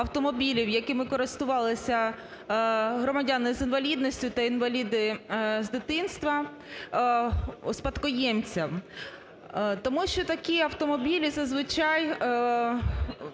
якими користувалися громадяни з інвалідністю та інваліди з дитинства спадкоємцям, тому що такі автомобілі, зазвичай,